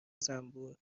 زنبور